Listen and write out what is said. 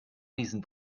diesen